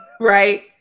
right